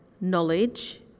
knowledge